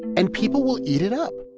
and people will eat it up